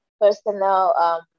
personal